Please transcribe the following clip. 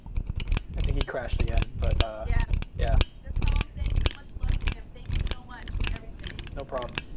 i think he crashed again, but yes. yeah. just tell him thank you. much love to him. thank you so much for everything. no problem.